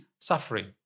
suffering